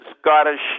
Scottish